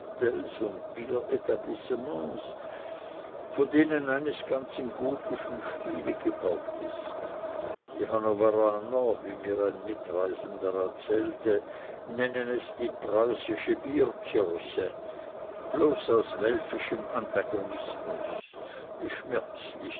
von denen eines ganz im gotischen stile gebaut ist die hannoveraner wie mir ein mitreisender erzählte nennen es die preußische bierkirche bloß aus welfischem antagonismus wie schmerzlich